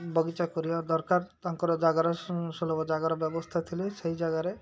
ବଗିଚା କରିବା ଦରକାର ତାଙ୍କର ଜାଗାର ସୁଲଭ ଜାଗାର ବ୍ୟବସ୍ଥା ଥିଲେ ସେଇ ଜାଗାରେ